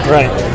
Right